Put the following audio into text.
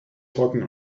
talking